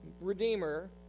redeemer